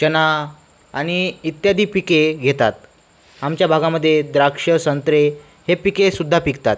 चना आणि इत्यादी पिके घेतात आमच्या भागामध्ये द्राक्षं संत्रे हे पिकेसुद्धा पिकतात